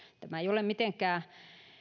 tämä ei ole edes mitenkään